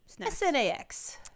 s-n-a-x